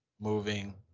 moving